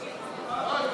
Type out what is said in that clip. פולקמן,